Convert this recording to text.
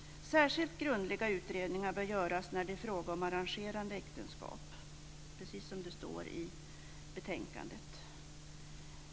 Särskilt grundliga utredningar bör göras när det är fråga om arrangerade äktenskap, precis som det står i betänkandet.